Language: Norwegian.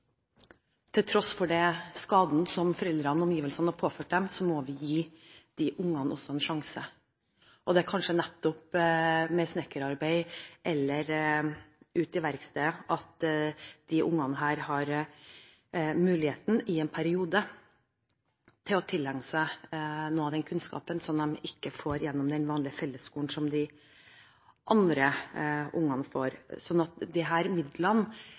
Til tross for den skaden som foreldrene og omgivelsene har påført dem, må vi gi også de ungene en sjanse. Det er kanskje nettopp med snekkerarbeid eller ute i verkstedet disse ungene i en periode har muligheten til å tilegne seg noe av den kunnskapen som de ikke får gjennom den vanlige fellesskolen, som de andre ungene får. Disse midlene er ment å brukes på de